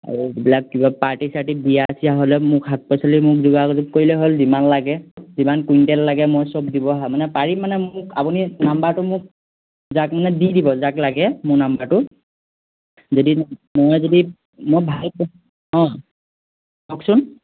আৰু এইবিলাক কিবা পাৰ্টি চাৰ্টি বিয়া চিয়া হ'লেও মোক শাক পাচলি মোক যোগাযোগ কৰিলে হ'ল যিমান লাগে যিমান কুইণ্টেল লাগে মই সব দিব মানে পাৰিম মানে মোক আপুনি নাম্বাৰটো মোক যাক মানে দি দিব যাক লাগে মোৰ নাম্বাৰটো যদি মই যদি মই ভাল অঁ কওকচোন